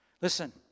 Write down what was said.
Listen